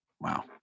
Wow